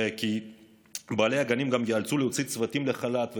כי בעלי הגנים ייאלצו להוציא צוותים לחל"ת,